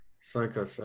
psycho